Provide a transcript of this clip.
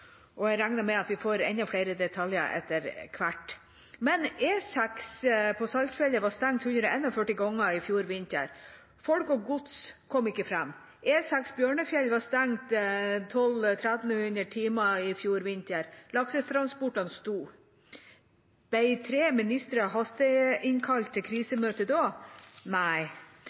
og jeg regner med at vi får enda flere detaljer etter hvert. Men E6 på Saltfjellet var stengt 141 ganger i fjor vinter. Folk og gods kom ikke fram. E10 Bjørnfjell var stengt 1 200–1 300 timer i fjor vinter, laksetransportene sto. Ble tre ministre hasteinnkalt til krisemøte da?